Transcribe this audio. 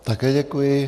Také děkuji.